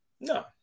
No